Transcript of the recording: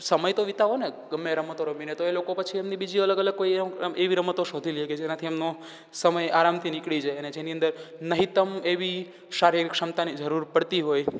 સમય તો વિતાવવોને ગમે એ રમતો રમીને તો એ લોકો પછી એમની બીજી અલગ અલગ કોઈ એમ એવી રમતો શોધી લે કે જેનાથી એમનો સમય આરામથી નીકળી જાય અને જેની અંદર નહિવત એવી શારીરિક ક્ષમતાની જરૂરત પડતી હોય